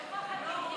איפה החתימות?